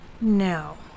No